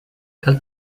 cal